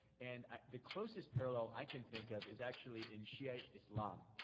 and the closest parallel i can think of is actually in shiite islam,